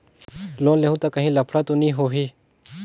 Loan लेहूं ता काहीं लफड़ा तो नी होहि?